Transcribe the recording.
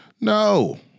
No